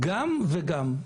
גם וגם.